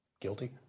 Guilty